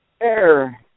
Air